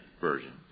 Version